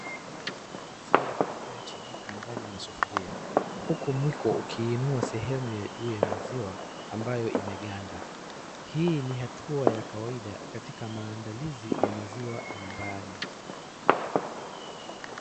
Haya ni maziwa yanayochemka ndani ya sufuria, huku mwiko ukiinua sehemu ya juu ya maziwa ambayo imeganda. Hii ni hatua ya kawaida katika maandalizi ya maziwa nyumbani.